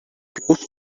close